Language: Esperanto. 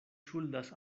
ŝuldas